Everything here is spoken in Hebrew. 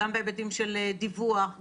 גם בהיבטים של דיווח,